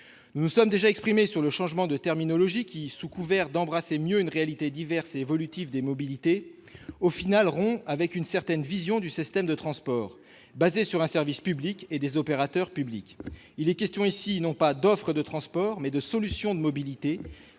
Nous nous sommes déjà exprimés sur le changement de terminologie, qui, sous couvert d'embrasser mieux une réalité diverse et évolutive des mobilités, rompt en fait avec une certaine vision du système de transport, fondé sur un service public et des opérateurs publics. Il est question ici non pas d'offre de transport, mais de solutions de mobilité,